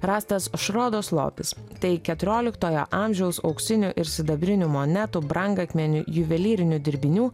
rastas šrodos lobis tai keturioliktojo amžiaus auksinių ir sidabrinių monetų brangakmenių juvelyrinių dirbinių